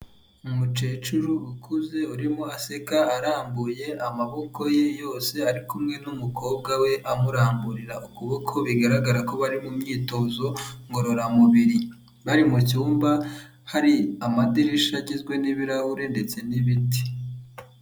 Umucecuru ukuze urimo aseka arambuye amaboko ye yose ari kumwe n'umukobwa we amuramburira ukuboko bigaragara ko bari mu myitozo ngororamubiri bari mu cyumba hari amadirishya agizwe n'ibirahure ndetse n'ibiti.